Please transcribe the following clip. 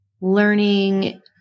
learning